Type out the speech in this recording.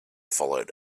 followed